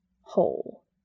whole